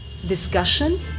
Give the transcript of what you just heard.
discussion